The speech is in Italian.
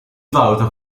valuta